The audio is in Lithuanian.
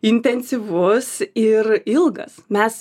intensyvus ir ilgas mes